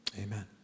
Amen